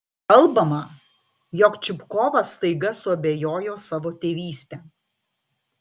kalbama jog čupkovas staiga suabejojo savo tėvyste